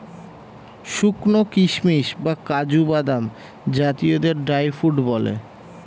শুকানো কিশমিশ বা কাজু বাদাম জাতীয়দের ড্রাই ফ্রুট বলে